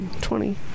Twenty